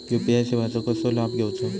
UPI सेवाचो कसो लाभ घेवचो?